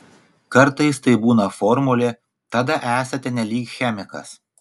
kartais tai būna formulė tada esate nelyg chemikas